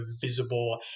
visible